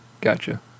Gotcha